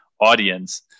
audience